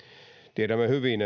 tiedämme hyvin